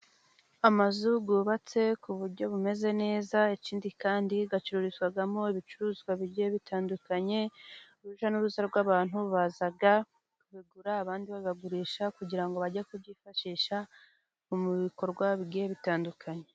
Amazu yubatse ku buryo bumeze neza, ikindi kandi igacururizwamo ibicuruzwa bigiye bitandukanye. Urujya n'uruza rw'abantu baza kugura abandi bakagurisha kugira ngo bajye kubyifashisha mu bikorwa bigiye bitandukanye.